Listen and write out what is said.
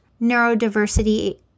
neurodiversity